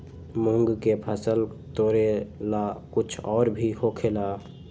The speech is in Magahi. मूंग के फसल तोरेला कुछ और भी होखेला?